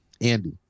Andy